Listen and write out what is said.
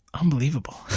Unbelievable